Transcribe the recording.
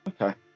okay